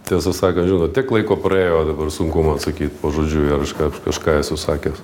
tiesą sakant žinot tiek laiko praėjo dabar sunku man sakyt pažodžiui ar aš kažką kažką esu sakęs